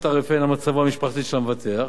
את תעריפיהן על מצבו המשפחתי של מבוטח,